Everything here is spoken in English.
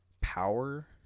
power